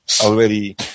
already